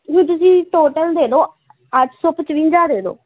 ਜੀ ਤੁਸੀਂ ਟੋਟਲ ਦੇ ਦਿਓ ਅੱਠ ਸੌ ਪਚਵੰਜਾ ਦੇ ਦਿਓ